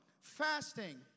Fasting